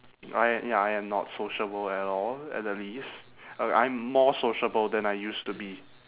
oh ya ya I am not sociable at all at the least uh I am more sociable than I used to be